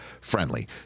friendly